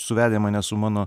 suvedę mane su mano